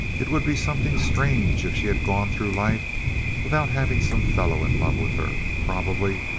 it would be something strange if she had gone through life without having some fellow in love with her. probably,